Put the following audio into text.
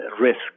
risk